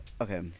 okay